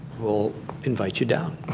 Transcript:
will invite you down.